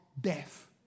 death